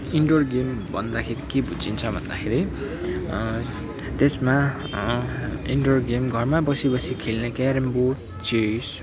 indoor game भन्दाखेरि के बुझिन्छ भन्दाखेरि त्यसमा इन्डुवर गेम घरमै बसी बसी खेल्ने क्यारम बोर्ड चेस